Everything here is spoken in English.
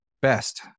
best